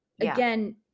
again